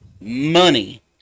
money